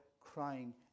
crying